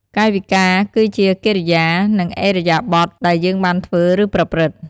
កាយវិការ គឺជាកិរិយា និងឥរិយាបថដែលយើងបានធ្វើ ឬ ប្រព្រឹត្តិ។